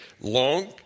long